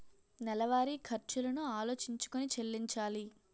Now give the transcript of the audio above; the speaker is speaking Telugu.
నెలవారి ఖర్చులను ఆలోచించుకొని చెల్లించాలి